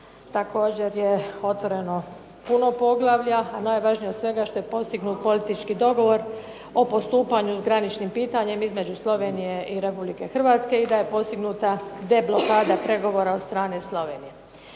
također je otvoreno puno poglavlja, a najvažnije od svega što je postignut politički dogovor o postupanju s graničnim pitanjem između Slovenije i Republike Hrvatske i da je postignuta deblokada pregovora od strane Slovenije.